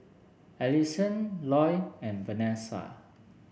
Alyson Loy and Vanessa